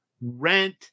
rent